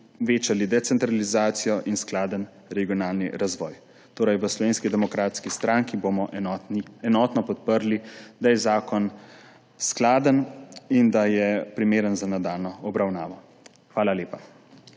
večali decentralizacijo in skladen regionalni razvoj. V Slovenski demokratski stranki bomo torej enotno podprli, da je zakon skladen in da je primeren za nadaljnjo obravnavo. Hvala lepa.